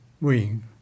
wing